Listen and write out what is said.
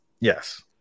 Yes